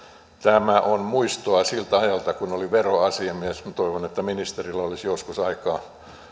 tämä on muistoa siltä ajalta kun oli veroasiamies toivon että ministerillä olisi joskus aikaa